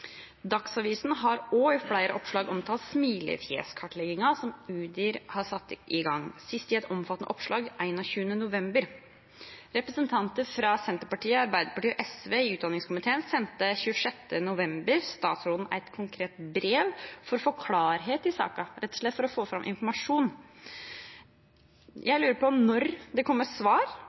Dagsavisen har også i flere oppslag omtalt smilefjeskartleggingen som Utdanningsdirektoratet har satt i gang, sist i et omfattende oppslag 21. november. Representanter fra Senterpartiet, Arbeiderpartiet og SV i utdanningskomiteen sendte 26. november statsråden et konkret brev for å få klarhet i saken, rett og slett for å få fram informasjon. Jeg lurer på når det kommer svar,